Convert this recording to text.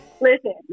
Listen